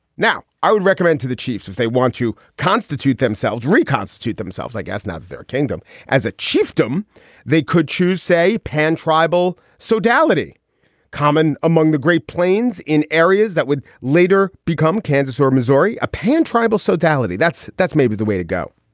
now i would recommend to the chiefs if they want to constitute themselves, reconstitute themselves. i guess now that their kingdom as a chiefdom they could choose, say, pan tribal. so duality common among the great plains in areas that would later become kansas or missouri. a pan tribal totality. that's that's maybe the way to go.